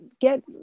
get